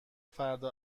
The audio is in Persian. فردا